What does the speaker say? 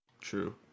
True